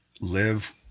live